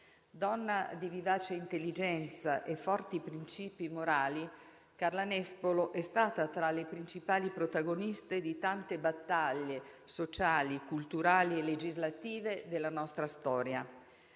Donna di vivace intelligenza e forti principi morali, Carla Nespolo è stata tra le principali protagoniste di tante battaglie sociali, culturali e legislative della nostra storia.